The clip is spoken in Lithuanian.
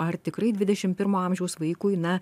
ar tikrai dvidešimt pirmo amžiaus vaikui na